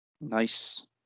Nice